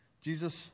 Jesus